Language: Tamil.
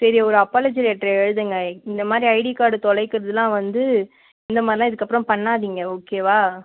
சரி ஒரு அப்பாலஜி லெட்டர் எழுதுங்க இந்த மாதிரி ஐடி கார்டு தொலைகிறதுலாம் வந்து இந்த மாதிரிலாம் இதுக்கு அப்புறம் பண்ணாதீங்க ஓகேவா